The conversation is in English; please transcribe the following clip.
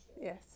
yes